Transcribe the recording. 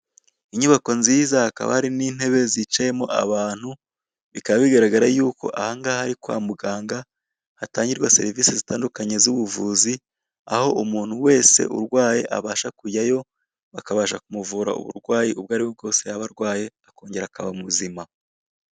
Inyubako nziza hakaba hari n'intebe zicayemo abantu, bikaba bigaragara yuko aha ngaha ari kwa muganga hatangirwa serivise zitandukanye z'ubuvuzi, aho umuntu wese urwaye abasha kujyayo bakabasha kumuvura uburwayi ubwo aribwo bwose yaba arwaye akongera akaba muzima.